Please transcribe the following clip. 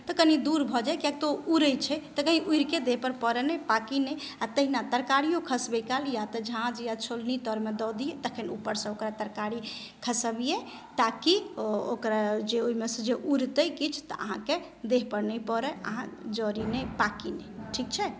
तऽ कनि दूर भऽ जाय कियाक तऽ ओ उड़ैत छै तऽ कहीँ उड़ि कऽ देहपर पड़ए ने पाकी नहि आ तहिना तरकारीओ खसबय काल या तऽ छोलनी या झाँझतर मे दऽ दी तखन ऊपरसँ ओकरा तरकारी खसबियै ताकि ओकर ओ जाहिमेँ सँ उड़तै किछु तऽ अहाँके देहपर नहि पड़त अहाँ जड़ी नहि पाकी नहि ठीक छै